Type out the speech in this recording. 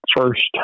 first